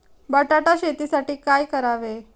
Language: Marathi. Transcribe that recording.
बटाटा शेतीसाठी काय करावे?